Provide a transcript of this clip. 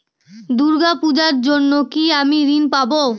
দূর্গা পূজার জন্য কি আমি ঋণ পাবো?